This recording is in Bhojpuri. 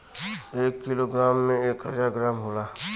एक कीलो ग्राम में एक हजार ग्राम होला